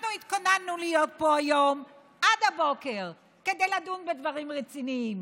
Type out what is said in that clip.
אנחנו התכוננו להיות פה היום עד הבוקר כדי לדון בדברים רציניים,